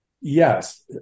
yes